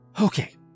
Okay